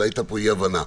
אולי הייתה פה אי-הבנה: